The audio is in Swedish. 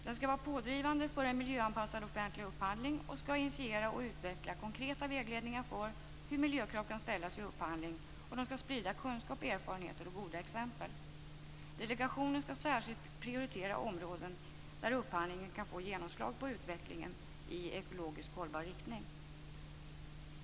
Den skall vara pådrivande för en miljöanpassad offentlig upphandling och den skall initiera och utveckla konkreta vägledningar för hur miljökrav kan ställas vid upphandling, och de skall sprida kunskap, erfarenheter och goda exempel. Delegationen skall särskilt prioritera områden där upphandlingen kan få genomslag på utvecklingen i ekologiskt hållbar riktning.